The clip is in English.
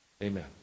Amen